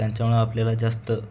त्यांच्यामुळे आपल्याला जास्त